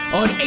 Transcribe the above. on